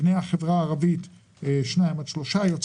מבני החברה הערבית נקלטו שניים עד שלושה עובדים,